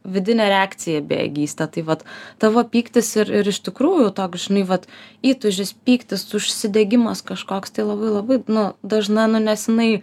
vidinę reakcija į bejėgystę vat tavo pyktis ir ir iš tikrųjų toks žinai vat įtūžis pyktis užsidegimas kažkoks tai labai labai nu dažna nu nes jinai